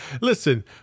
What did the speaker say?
Listen